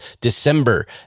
December